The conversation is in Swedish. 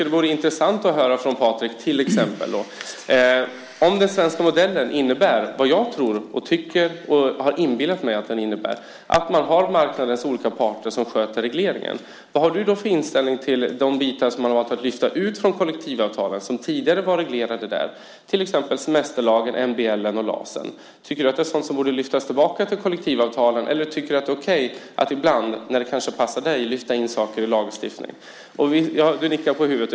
Det vore intressant att höra från till exempel Patrik om den svenska modellen innebär vad jag tror, tycker och har inbillat mig att den innebär, nämligen att man har marknadens olika parter som sköter regleringen. Vad har du då för inställning till de bitar man har valt att lyfta ut från kollektivavtalen som tidigare var reglerade där, till exempel semesterlagen, MBL och LAS? Tycker du att det är sådant som borde lyftas tillbaka till kollektivavtalen eller tycker du att det är okej att ibland, när det passar dig, lyfta in saker i lagstiftningen? Du nickar på huvudet.